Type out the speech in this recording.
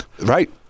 right